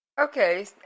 Okay